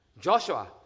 Joshua